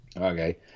Okay